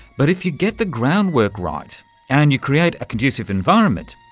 but if you get the ground-work right and you create a conducive environment,